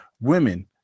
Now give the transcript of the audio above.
women